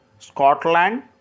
Scotland